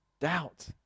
doubt